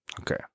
okay